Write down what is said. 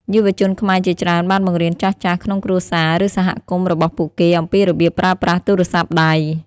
យុវជនខ្មែរជាច្រើនបានបង្រៀនចាស់ៗ ក្នុងគ្រួសារ ឬសហគមន៍របស់ពួកគេអំពីរបៀបប្រើប្រាស់ទូរស័ព្ទដៃ។